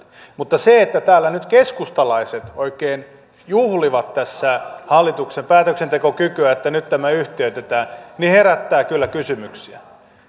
mutta se että täällä nyt keskustalaiset oikein juhlivat tässä hallituksen päätöksentekokykyä että nyt tämä yhtiöitetään herättää kyllä kysymyksiä